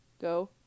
go